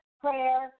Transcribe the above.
prayer